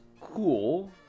cool